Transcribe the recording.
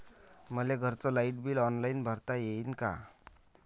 मले घरचं light bill online भरता येईन का?